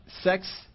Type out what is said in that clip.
sex